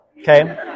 Okay